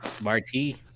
Marty